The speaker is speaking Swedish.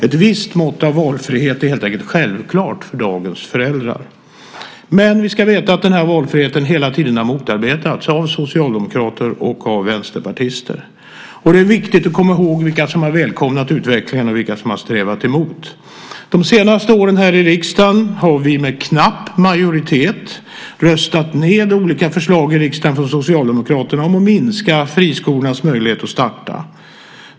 Ett visst mått av valfrihet är helt enkelt självklart för dagens föräldrar. Men vi ska veta att den valfriheten hela tiden har motarbetats av socialdemokrater och vänsterpartister. Det är viktigt att komma ihåg vilka som har välkomnat utvecklingen och vilka som har strävat emot. De senaste åren har vi här i riksdagen med knapp majoritet röstat ned olika förslag från Socialdemokraterna om att minska friskolors möjlighet att starta.